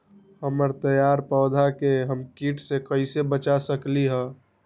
हमर तैयार पौधा के हम किट से कैसे बचा सकलि ह?